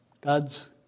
God's